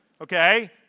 Okay